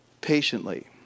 patiently